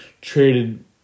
traded